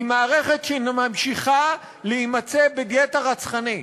היא מערכת שממשיכה להימצא בדיאטה רצחנית.